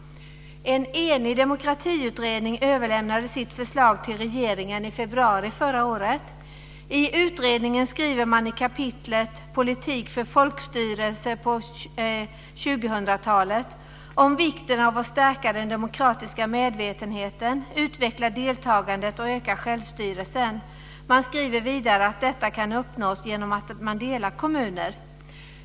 En enig demokratiutredning överlämnade sitt förslag till regeringen i februari förra året. I utredningen talar man i kapitlet Politik för folkstyrlese på 2000 talet om vikten av att stärka den demokratiska medvetenheten, utveckla deltagandet och öka självstyrelsen. Vidare säger man att detta kan uppnås genom att kommuner delas.